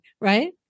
right